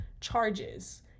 charges